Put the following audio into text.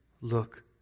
Look